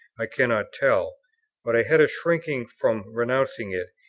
i cannot tell but i had a shrinking from renouncing it,